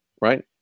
Right